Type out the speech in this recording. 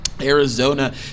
Arizona